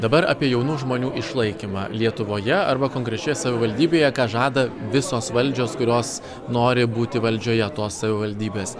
dabar apie jaunų žmonių išlaikymą lietuvoje arba konkrečioje savivaldybėje ką žada visos valdžios kurios nori būti valdžioje tos savivaldybės